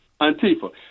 antifa